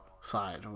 side